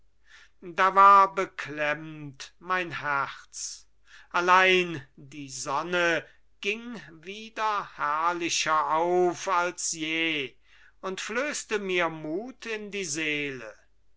da war beklemmt mein herz allein die sonne ging wieder herrlicher auf als je und flößte mir mut in die seele